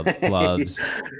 gloves